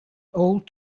old